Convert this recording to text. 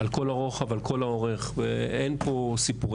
על כל הרוחב, על כל האורך, ואין פה סיפורים.